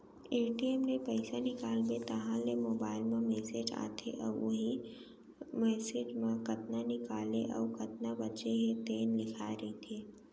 ATM ले पइसा निकालबे तहाँ ले मोबाईल म मेसेज आथे वहूँ मेसेज म कतना निकाले अउ कतना बाचे हे तेन लिखाए रहिथे